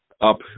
up